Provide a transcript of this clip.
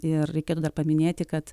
ir reikėtų dar paminėti kad